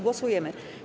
Głosujemy.